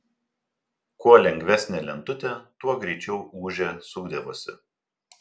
kuo lengvesnė lentutė tuo greičiau ūžė sukdavosi